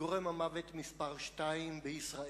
גורם המוות מספר שתיים בישראל,